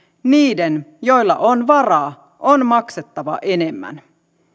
niiden joilla on varaa on maksettava enemmän